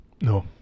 no